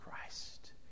Christ